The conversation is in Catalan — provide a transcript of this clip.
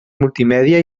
multimèdia